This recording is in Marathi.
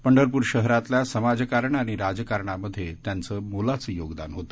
पंढरपूर शहरातल्या समाजकारण आणि राजकारण यामध्ये त्यांचे मोलाचे योगदान होते